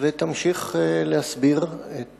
ותמשיך להסביר את